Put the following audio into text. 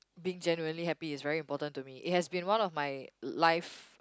being generally happy is very important to me it has been one of my l~ life